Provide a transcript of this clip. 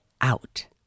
out